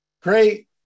great